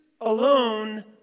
alone